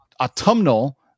autumnal